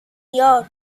یار